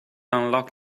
unlock